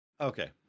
Okay